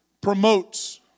promotes